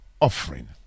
offering